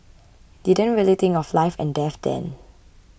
didn't really think of life and death then